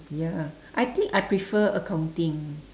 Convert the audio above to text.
ya I think I prefer accounting